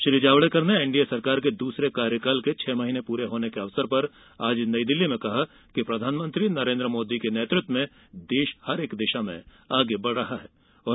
श्री जावड़ेकर ने एनडीए सरकार के दूसरे कार्यकाल के छह महीने पूरे होने के अवसर पर आज नई दिल्ली में कहा कि प्रधानमंत्री नरेन्द्र मोदी के नेतृत्व में देश प्रत्येक दिशा में आगे बढ़ रहा है और एक आकर्षक स्थल बन गया है